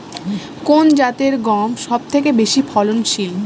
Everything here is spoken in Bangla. কোন জাতের গম সবথেকে বেশি ফলনশীল?